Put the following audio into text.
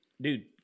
Dude